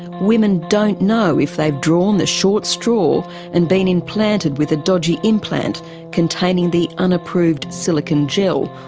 women don't know if they've drawn the short straw and been implanted with a dodgy implant containing the unapproved silicone gel,